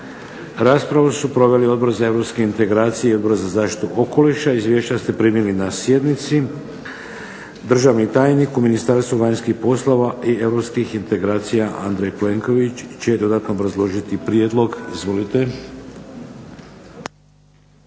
Raspravu su proveli Odbor za europske integracije i Odbor za zaštitu okoliša. Izvješća ste primili na sjednici. Državni tajnik u Ministarstvu vanjskih poslova i europskih integracija Andrej Plenković će dodatno obrazložiti prijedlog. Izvolite.